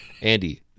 Andy